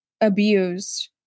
abused